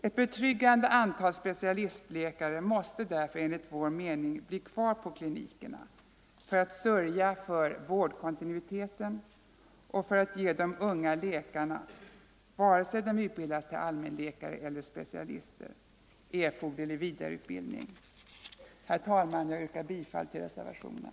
Ett betryggande antal specialistläkare måste därför enligt vår mening bli kvar på klinikerna för att sörja för vårdkontinuiteten och för att ge de unga läkarna — vare sig de utbildas till allmänläkare eller specialister —- erforderlig vidareutbildning. Herr talman! Jag yrkar bifall till reservationen.